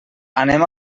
anem